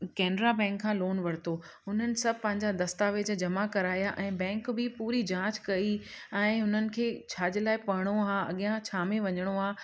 Canara bank खां loan वरितो उन्हनि सभु पंहिंजा दस्तावेज़ु जमा कराया ऐं बैंक बि पूरी जांच कई ऐं उन्हनि खे छाजे लाइ पढ़िणो आहे अॻियां छा में वञिणो आहे